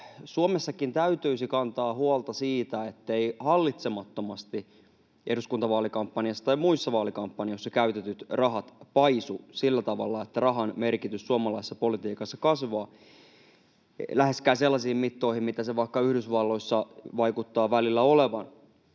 Suomessakin täytyisi kantaa huolta siitä, etteivät hallitsemattomasti eduskuntavaalikampanjassa tai muissa vaalikampanjoissa käytetyt rahat paisu sillä tavalla, että rahan merkitys suomalaisessa politiikassa kasvaa läheskään sellaisiin mittoihin, mitä se vaikka Yhdysvalloissa vaikuttaa välillä olevan.